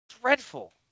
dreadful